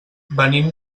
venim